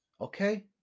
Okay